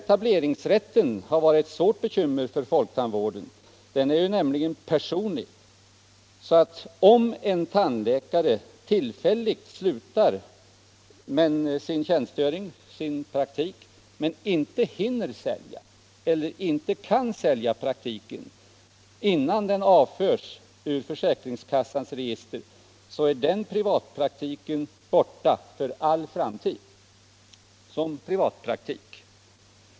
Etableringsrätten har varit ett svårt bekymmer för folktandvården - den är nämligen personlig, vilket innebär att om en tandläkare tillfälligt upphör med sin praktik men inte hinner eller kan sälja praktiken innan den avförs ur försäkringskassans register, så är den praktiken borta för all framtid som privatpraktik.